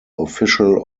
official